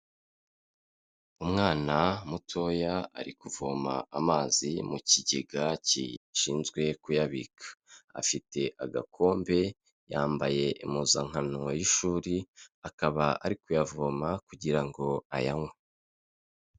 Umwana mutoya ari kuvoma amazi mu kigega gishinzwe kuyabika, afite agakombe, yambaye impuzankano y'ishuri, akaba ari kuyavoma kugira ngo ayanywe.